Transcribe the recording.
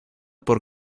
por